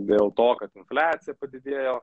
dėl to kad infliacija padidėjo